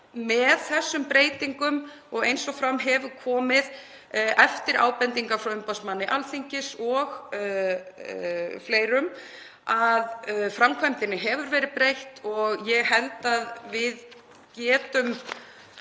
með þessum breytingum. Eins og fram hefur komið eftir ábendingar frá umboðsmanni Alþingis og fleirum þá hefur framkvæmdinni verið breytt og ég held að við getum